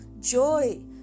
joy